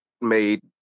made